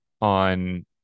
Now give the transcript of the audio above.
on